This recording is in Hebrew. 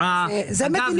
אגב,